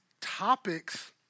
topics